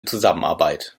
zusammenarbeit